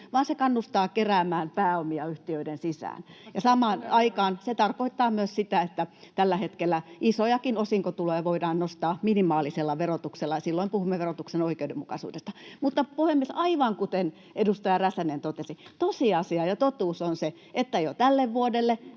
vaan se kannustaa keräämään pääomia yhtiöiden sisään. Samaan aikaan se tarkoittaa myös sitä, että tällä hetkellä isojakin osinkotuloja voidaan nostaa minimaalisella verotuksella. Silloin puhumme verotuksen oikeudenmukaisuudesta. Puhemies! Aivan kuten edustaja Räsänen totesi, tosiasia ja totuus on se, että jo tälle vuodelle,